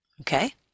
okay